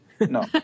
No